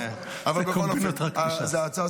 זה קומבינות רק בש"ס.